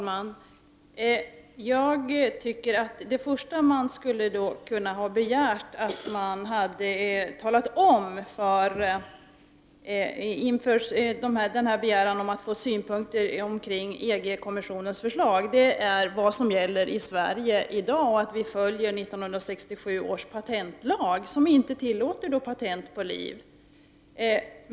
Herr talman! Det första man borde ha fått veta inför denna begäran om synpunkter kring EG-kommissionens förslag är vad som gäller i Sverige i dag, dvs. att vi följer 1967 års patentlag som inte tillåter patent på liv.